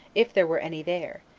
if there were any there,